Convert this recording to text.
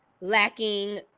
lacking